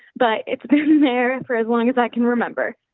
but it's been there for as long as i can remember.